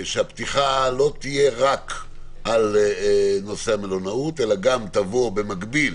שהפתיחה לא תהיה רק על נושא המלונאות אלא במקביל